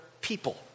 people